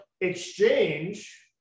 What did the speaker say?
Exchange